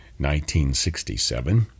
1967